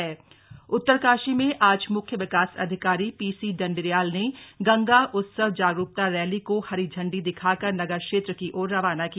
गंगा उत्सव रैली उत्तरकाशी में आज मुख्य विकास अधिकारी पीसी डंडरियाल ने गंगा उत्सव जागरूकता रैली को हरी झण्डी दिखाकर नगर क्षेत्र की ओर रवाना किया